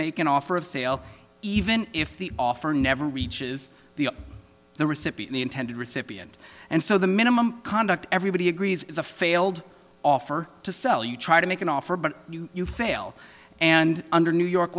make an offer of sale even if the offer never reaches the the recipient the intended recipient and so the minimum conduct everybody agrees is a failed offer to sell you try to make an offer but you fail and under new york